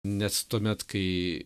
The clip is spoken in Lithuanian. net tuomet kai